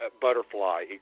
butterfly